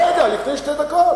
אני לא יודע, לפני שתי דקות.